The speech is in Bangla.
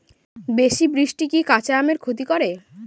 বেশি বৃষ্টি কি কাঁচা আমের ক্ষতি করে?